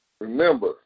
Remember